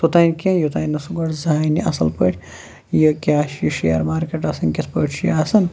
توٚتانۍ کیٚنٛہہ یوٚتانۍ نہٕ سُہ گۄڈٕ زانہِ اَصٕل پٲٹھۍ یہِ کیٛاہ چھُ یہِ شِیر مارکیٹ آسان کِتھٕ پٲٹھۍ چھُ یہِ آسان